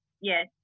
yes